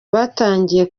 batangiye